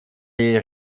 die